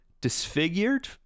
disfigured